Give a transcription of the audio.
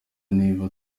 niba